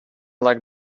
like